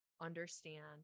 understand